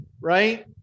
right